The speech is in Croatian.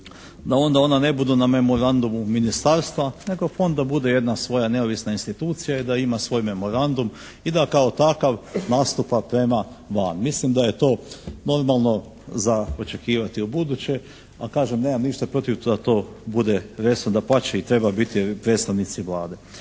onda ona ne budu na memorandumu Ministarstva nego Fond da bude jedna svoja neovisna institucija i da ima svoj memorandum i da kao takav nastupa prema van. Mislim da je to normalno za očekivati ubuduće, a kažem nemam ništa protiv da to bude resor. Dapače i treba biti predstavnici Vlade.